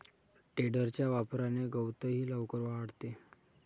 टेडरच्या वापराने गवतही लवकर वाळते